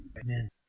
Amen